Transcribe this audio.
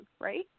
right